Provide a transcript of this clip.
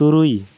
ᱛᱩᱨᱩᱭ